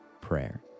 Prayer